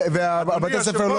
וכל הזמן הוא ככה,